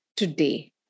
Today